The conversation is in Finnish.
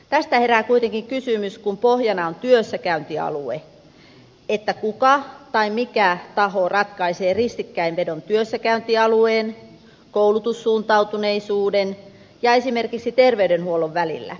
tästä herää kuitenkin kysymys kun pohjana on työssäkäyntialue kuka tai mikä taho ratkaisee ristikkäinvedon työssäkäyntialueen koulutussuuntautuneisuuden ja esimerkiksi terveydenhuollon välillä